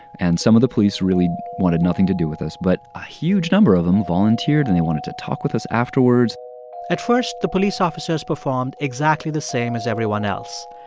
and some of the police really wanted nothing to do with this, but a huge number of them volunteered. and they wanted to talk with us afterwards at first, the police officers performed exactly the same as everyone else.